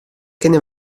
kinne